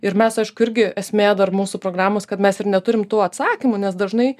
ir mes aišku irgi esmė dar mūsų programos kad mes ir neturim tų atsakymų nes dažnai